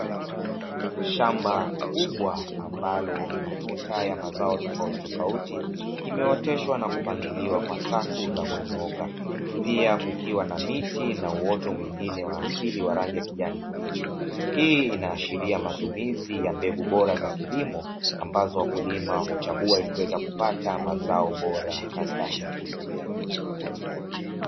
Shamba kubwa ambalo matuta ya mazao tofautitofauti, imeoteshwa na kupangiliwa kwa safu za kunyooka, pia kukiwa na miti na uoto mwingine wa asili wa rangi ya kijani kibichi. Hii inaashiria matumizi ya mbegu bora za kilimo; ambazo wakulima huchagua ili kuweza kupata mazao bora na stahiki.